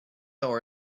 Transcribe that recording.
our